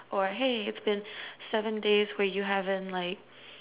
or hey it's been seven days where you haven't like